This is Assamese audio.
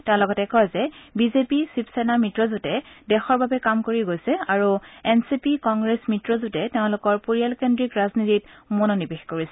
তেওঁ লগতে কয় যে বিজেপি শিৱসেনা মিত্ৰজোঁটে দেশৰ বাবে কাম কৰি গৈছে আৰু এন চি পি কংগ্ৰেছ মিত্ৰজোঁটে তেওঁলোকৰ পৰিয়ালকেন্দ্ৰিক ৰাজনীতিত মনোনিবেশ কৰিছে